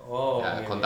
oh okay okay